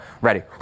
ready